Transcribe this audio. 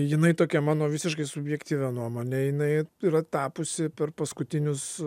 jinai tokia mano visiškai subjektyvia nuomone jinai yra tapusi per paskutinius